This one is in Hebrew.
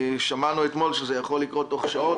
שמענו אתמול שזה יכול לקרות תוך שעות.